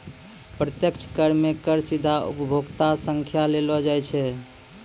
प्रत्यक्ष कर मे कर सीधा उपभोक्ता सं लेलो जाय छै